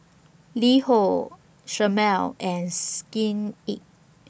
LiHo Chomel and Skin Inc